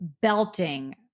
belting